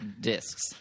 discs